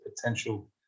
potential